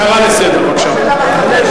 הערה לסדר, בבקשה.